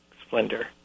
splendor